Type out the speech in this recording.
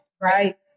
right